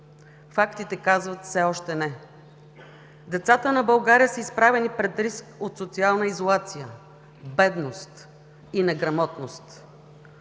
Фактите казват: все още не. Децата на България са изправени пред риск от социална изолация, бедност и неграмотност.